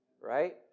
right